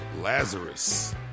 Lazarus